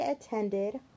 attended